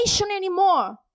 anymore